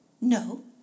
No